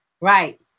Right